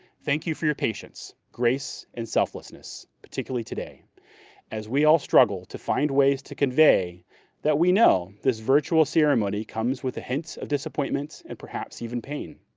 thank you for your patience, grace, and selflessness, particularly today as we all struggle to find ways to convey that we know this virtual ceremony comes with a hint of disappointment and perhaps even pain.